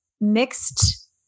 mixed